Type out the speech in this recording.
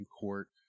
Court